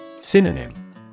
Synonym